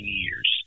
years